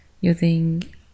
using